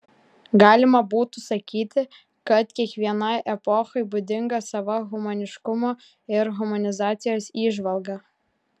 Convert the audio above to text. galima būtų sakyti kad kiekvienai epochai būdinga sava humaniškumo ir humanizacijos įžvalga